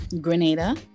Grenada